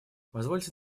позвольте